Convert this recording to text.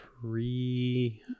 three